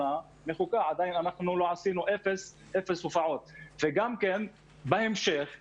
מחוקה, עשינו אפס הופעות; וגם בהמשך העונה,